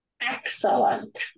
Excellent